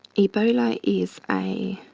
ebola is a